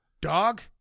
Dog